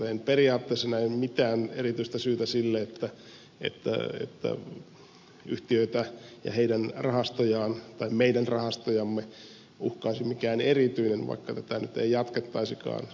en periaatteessa näe mitään erityistä syytä siihen että yhtiöitä ja niiden rahastoja tai meidän rahastojamme uhkaisi mikään erityinen vaikka tätä nyt ei jatkettaisikaan